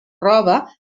roba